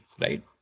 right